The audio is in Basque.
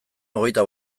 hogeita